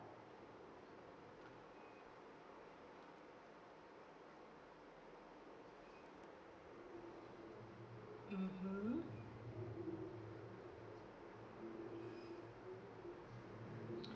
mmhmm